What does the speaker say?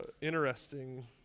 interesting